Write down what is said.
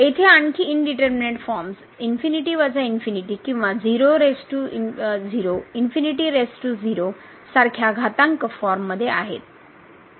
येथे आणखी indeterminate forms किंवा सारख्या घातांक फॉर्ममध्ये आहेत